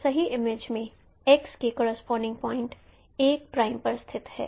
तो सही इमेज में X के करोसपोंडिंग पॉइंट 1 प्राइम पर स्थित है